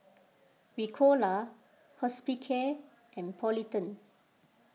Ricola Hospicare and Polident